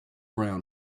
around